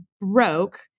broke